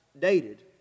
dated